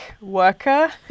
worker